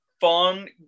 fun